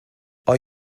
are